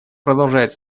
продолжает